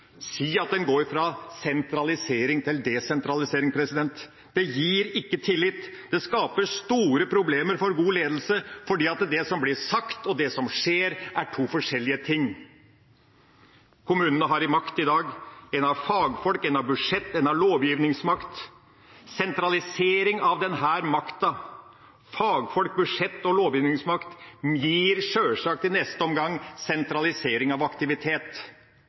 si at en går fra sentralisering til desentralisering. Det gir ikke tillit. Det skaper store problemer for god ledelse, fordi det som blir sagt, og det som skjer, er to forskjellige ting. Kommunene har makt i dag. En har fagfolk, en har budsjett, en har lovgivningsmakt. Sentralisering av denne makta – fagfolk, budsjett og lovgivning – gir sjølsagt i neste omgang sentralisering av aktivitet.